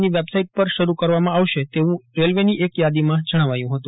ની વેબસાઇટ પર શરૂ કરવામાં આવશે તેવું રેલવેની એક યાદીમાં જણાવાયું હતું